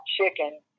chicken